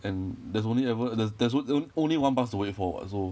and there's only ever there's there's only only one bus to wait for what so